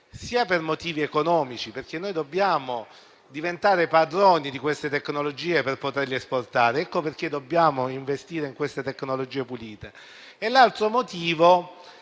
anche motivi economici: dobbiamo diventare padroni di queste tecnologie per poterle esportare. Ecco perché dobbiamo investire in queste tecnologie pulite. L'altro motivo